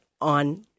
on